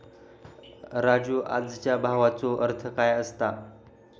राजू, आजच्या भावाचो अर्थ काय असता?